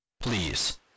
Please